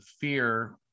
fear